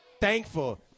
thankful